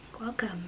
Welcome